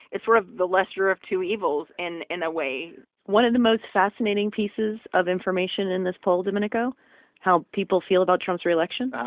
it's sort of the lesser of two evils in in a way one of the most fascinating pieces of information in this poll, domenico how people feel about trump's reelection.